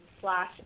slash